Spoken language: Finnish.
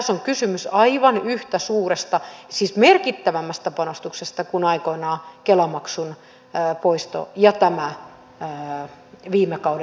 tässä on kysymys merkittävämmästä panostuksesta kuin aikoinaan kela maksun poisto ja viime kauden yhteisöveroalennus olivat